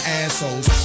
assholes